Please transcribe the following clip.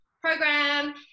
program